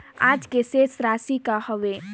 आज के शेष राशि का हवे?